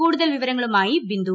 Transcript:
കൂടുതൽവിവരങ്ങളുമായി Bindu